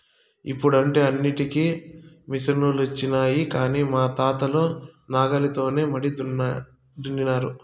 ఇప్పుడంటే అన్నింటికీ మిసనులొచ్చినాయి కానీ మా తాతలు నాగలితోనే మడి దున్నినారు